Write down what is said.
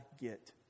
get